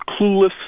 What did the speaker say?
clueless